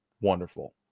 wonderful